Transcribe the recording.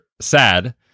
sad